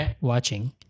watching